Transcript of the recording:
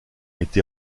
été